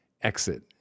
exit